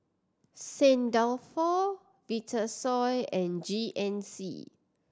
Saint Dalfour Vitasoy and G N C